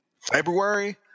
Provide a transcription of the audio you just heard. February